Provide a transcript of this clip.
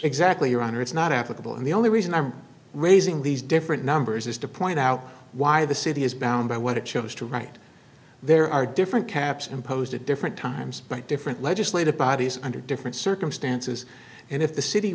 exactly your honor it's not applicable and the only reason i'm raising these different numbers is to point out why the city is bound by what it chose to write there are different caps imposed at different times by different legislative bodies under different circumstances and if the city